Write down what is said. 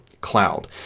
Cloud